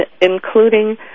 including